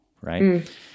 right